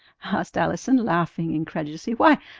asked allison, laughing incredulously. why,